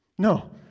No